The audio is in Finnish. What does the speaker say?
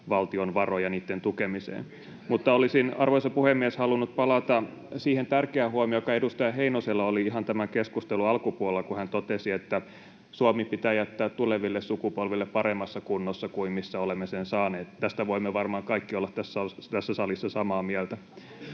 valtion varoja niitten tukemiseen. Arvoisa puhemies! Olisin halunnut palata siihen tärkeään huomioon, joka edustaja Heinosella oli ihan tämän keskustelun alkupuolella, kun hän totesi, että Suomi pitää jättää tuleville sukupolville paremmassa kunnossa kuin missä olemme sen saaneet. Tästä voimme varmaan kaikki olla tässä salissa samaa mieltä.